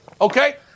Okay